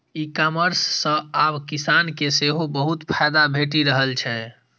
ई commerce सं आब किसान के सेहो बहुत फायदा भेटि रहल छै